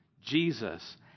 Jesus